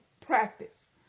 practice